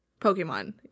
Pokemon